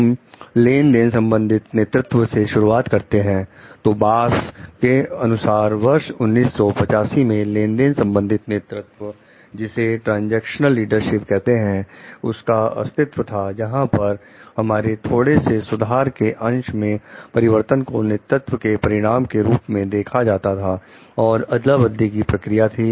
हम लेनदेन संबंधित नेतृत्व से शुरूआत करते हैं तो बॉस के अनुसार वर्ष 1985 में लेनदेन संबंधित नेतृत्व जिसे ट्रांजैक्शनल लीडरशिप कहते हैं उसका अस्तित्व था जहां पर हमारे थोड़े से सुधार के अंश में परिवर्तन को नेतृत्व के परिणाम के रूप में देखा जाता था और अदला बदली की प्रक्रिया थी